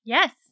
Yes